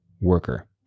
worker